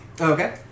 Okay